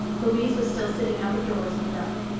louise was still sitting out of doors in the dark.